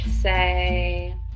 say